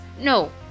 no